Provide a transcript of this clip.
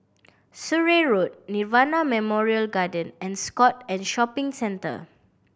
Surrey Road Nirvana Memorial Garden and Scott and Shopping Centre